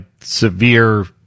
severe